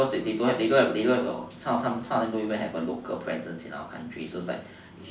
because they don't they don't they don't have a some some don't even have a local presence in the country